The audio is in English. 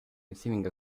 receiving